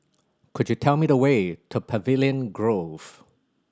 could you tell me the way to Pavilion Grove